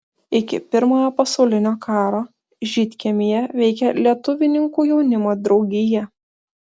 iki pirmojo pasaulinio karo žydkiemyje veikė lietuvininkų jaunimo draugija